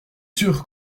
sûr